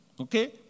Okay